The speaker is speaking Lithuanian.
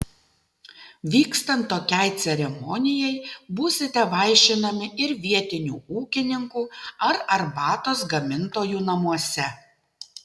vykstant tokiai ceremonijai būsite vaišinami ir vietinių ūkininkų ar arbatos gamintojų namuose